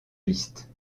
liste